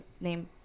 name